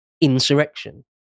insurrection